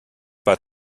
pas